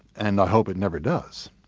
and i hope it never does.